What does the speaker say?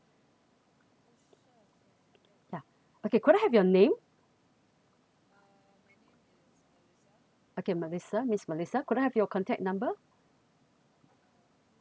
ya okay could I have your name okay melissa miss melissa could I have your contact number